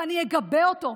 ואני אגבה אותו,